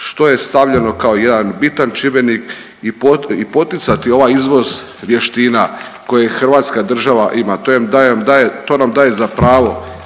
što je stavljeno kao jedan bitan čimbenik i poticati ovaj izvoz vještina koje Hrvatska država ima. To nam daje za pravo